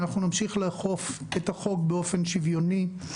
אנחנו נמשיך לאכוף את החוק באופן שוויוני,